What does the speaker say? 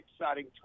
exciting